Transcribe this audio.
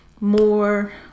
more